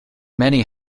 many